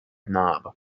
knob